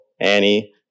Annie